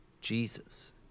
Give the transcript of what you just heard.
Jesus